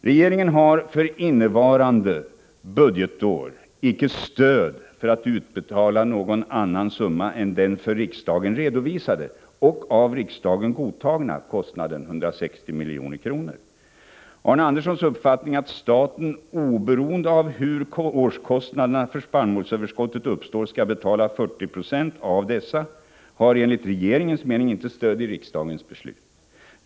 Regeringen har för innevarande budgetår icke stöd för att utbetala någon annan summa än den för riksdagen redovisade och av riksdagen godtagna kostnaden, 160 milj.kr. Arne Anderssons uppfattning, att staten oberoende av hur årskostnaderna för spannmålsöverskottet uppstår skall betala 40 96 av dessa, har enligt regeringens mening inte stöd i riksdagens beslut.